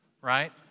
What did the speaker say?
right